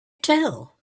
tell